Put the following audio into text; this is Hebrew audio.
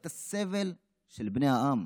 את הסבל של בני העם.